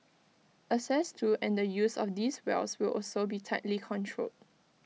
access to and the use of these wells will also be tightly controlled